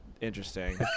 interesting